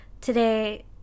Today